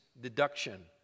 deduction